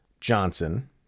Johnson